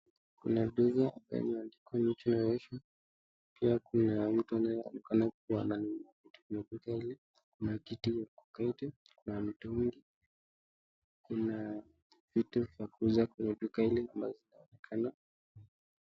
Kuna duka imeandikwa New Generation pia kuna mtu anayekuja kwenye duka hili kuna kiti ya kuketi na mtungi, kuna vitu vya kuuzwa kwenye duka hili.